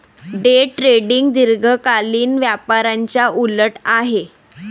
day trading दीर्घकालीन व्यापाराच्या उलट आहे